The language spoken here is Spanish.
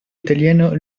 italiano